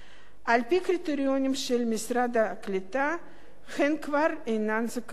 על-פי הקריטריונים של משרד הקליטה הן כבר אינן זכאיות,